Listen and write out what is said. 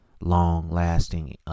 long-lasting